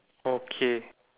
okay